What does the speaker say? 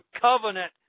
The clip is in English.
covenant